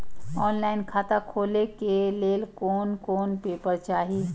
Online खाता खोले के लेल कोन कोन पेपर चाही?